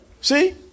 See